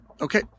Okay